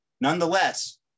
Nonetheless